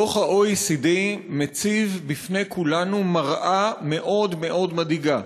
דוח ה-OECD מציב בפני כולנו מראה מאוד מאוד מדאיגה,